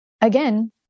Again